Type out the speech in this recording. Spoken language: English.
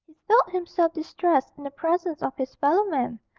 felt himself distressed in the presence of his fellow men,